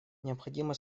необходимо